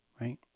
right